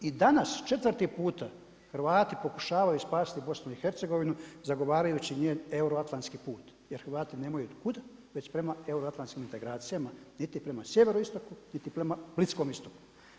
I danas četvrti puta Hrvati pokušavaju spasiti Bosnu i Hercegovinu zagovarajući njen euroatlantski put, jer Hrvati nemaju kud već prema euroatlantskim integracijama, niti prema sjeveroistoku, niti prema Bliskom Istoku.